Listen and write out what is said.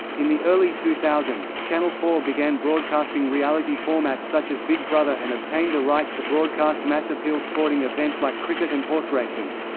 in the early two thousand s, channel four began broadcasting reality formats such as big brother and obtained the rights to broadcast mass appeal sporting events like cricket and horse racing.